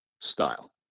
style